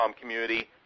community